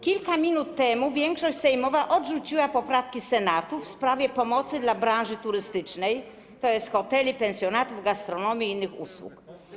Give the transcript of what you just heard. Kilka minut temu większość sejmowa odrzuciła poprawki Senatu w sprawie pomocy dla branży turystycznej, tj. hoteli, pensjonatów, gastronomii i innych usług.